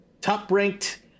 top-ranked